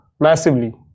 Massively